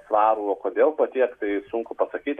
svarų o kodėl po tiek tai sunku pasakyti